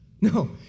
No